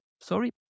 sorry